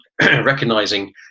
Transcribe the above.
recognizing